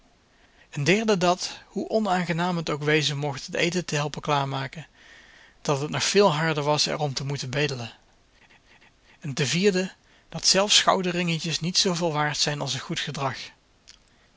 een derde dat hoe onaangenaam het ook wezen mocht het eten te helpen klaarmaken t nog veel harder was er om te moeten bedelen en de vierde dat zelfs gouden ringetjes niet zooveel waard zijn als een goed gedrag